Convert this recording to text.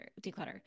declutter